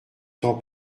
temps